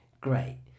great